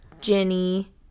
Jenny